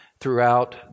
throughout